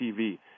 TV